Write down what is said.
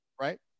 right